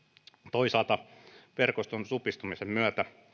toisaalta verkoston supistumisen myötä